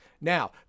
Now